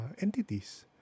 entities